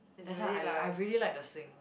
that's why I l~ I really like the swing